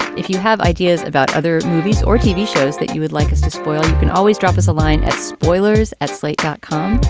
if you have ideas about other movies or tv shows that you would like us to spoil. you can always drop us a line at spoilers at slate dot com.